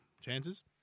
Chances